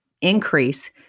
increase